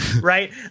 Right